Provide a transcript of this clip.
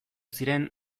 ziren